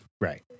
Right